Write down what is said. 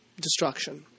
destruction